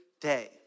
day